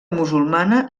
musulmana